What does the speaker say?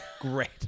great